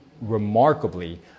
remarkably